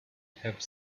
have